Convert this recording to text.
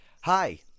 Hi